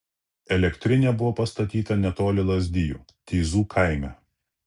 elektrinė buvo pastatyta netoli lazdijų teizų kaime